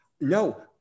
No